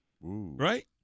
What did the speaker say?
right